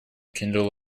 kindle